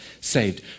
saved